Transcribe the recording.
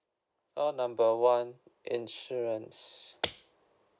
call number one insurance